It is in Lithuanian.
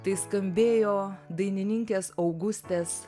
tai skambėjo dainininkės augustės